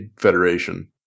Federation